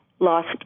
lost